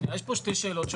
יש פה שתי שאלות.